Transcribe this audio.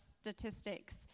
statistics